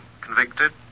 Convicted